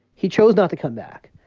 he chose not to come back.